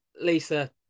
Lisa